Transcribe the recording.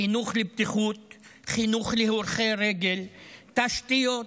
חינוך לבטיחות, חינוך להולכי רגל, תשתיות